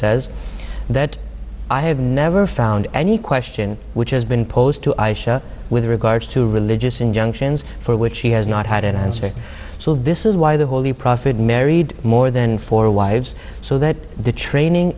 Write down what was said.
says that i have never found any question which has been posed to ayesha with regards to religious injunctions for which he has not had an answer so this is why the holy prophet married more than four wives so that the training